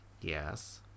Yes